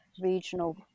regional